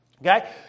Okay